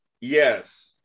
yes